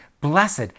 Blessed